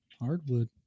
hardwood